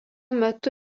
metu